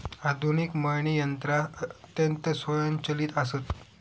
आधुनिक मळणी यंत्रा अत्यंत स्वयंचलित आसत